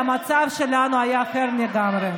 יכול להיות שהמצב שלנו היה אחר לגמרי.